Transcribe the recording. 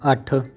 ਅੱਠ